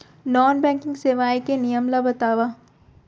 Non banking सेवाएं के नियम ला बतावव?